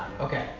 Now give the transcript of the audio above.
Okay